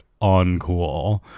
uncool